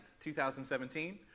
2017